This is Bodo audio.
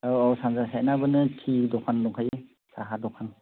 औ औ सानजा सोनाबहानो टि दकान दंखायो साहा दखान